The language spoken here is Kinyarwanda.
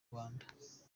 rwanda